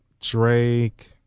Drake